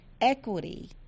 Equity